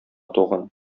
туган